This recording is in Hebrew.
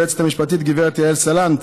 ליועצת המשפטית גב' יעל סלנט,